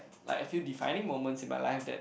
like a few defining moments in my life that